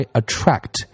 attract